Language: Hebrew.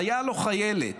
חייל או חיילת,